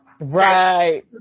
right